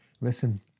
Listen